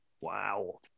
Wow